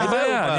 אין בעיה.